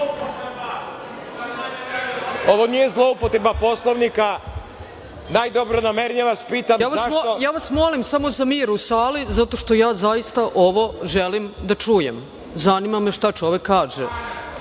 nije zloupotreba Poslovnika, najdobronamernije vas pitam zašto. **Ana Brnabić** Molim vas samo za mir u sali, zato što ja zaista ovo želim da čujem. Zanima me šta čovek